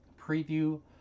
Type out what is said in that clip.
preview